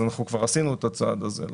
אם כן, כבר אנחנו כבר עשינו את הצעד הזה.